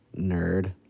Nerd